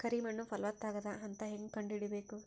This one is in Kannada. ಕರಿ ಮಣ್ಣು ಫಲವತ್ತಾಗದ ಅಂತ ಹೇಂಗ ಕಂಡುಹಿಡಿಬೇಕು?